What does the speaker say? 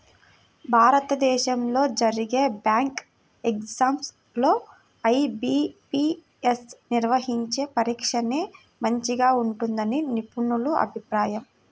భారతదేశంలో జరిగే bank exams లో ఐ.బీ.పీ.యస్ నిర్వహించే పరీక్షనే మంచిగా ఉంటుందని నిపుణుల అభిప్రాయం